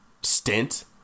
stint